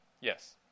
Yes